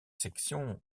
section